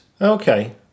Okay